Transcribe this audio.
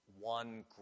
one